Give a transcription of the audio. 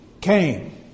came